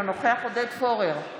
אינו נוכח עודד פורר,